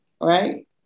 Right